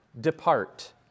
depart